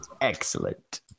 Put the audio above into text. Excellent